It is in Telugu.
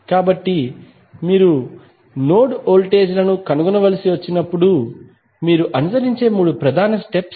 కాబట్టి మీరు నోడ్ వోల్టేజ్ లను కనుగొనవలసి వచ్చినప్పుడు మీరు అనుసరించే మూడు ప్రధాన స్టెప్స్ ఇవి